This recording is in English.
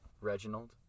Reginald